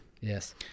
Yes